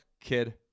kid